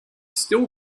still